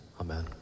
Amen